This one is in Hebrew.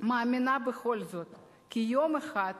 מאמינה בכל זאת כי יום אחד